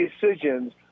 decisions